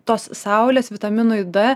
tos saulės vitaminui d